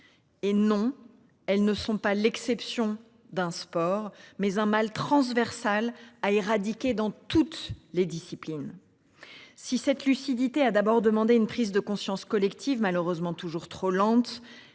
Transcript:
Et non elle ne sont pas l'exception d'un sport mais un mal transversale à éradiquer dans toutes les disciplines. Si cette lucidité a d'abord demander une prise de conscience collective malheureusement toujours trop lente.